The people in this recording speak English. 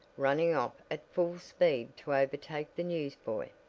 running off at full speed to overtake the newsboy,